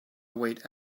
wait